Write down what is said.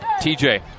TJ